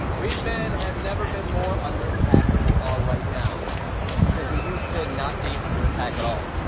we men have never been more under attack than we are right now because we used to not be under attack at all.